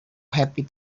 happy